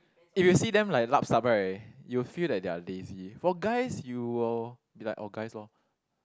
if you see them like lap sap right you will that they are lazy for guys you will be like orh guys lor